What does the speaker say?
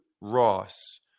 Ross